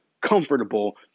comfortable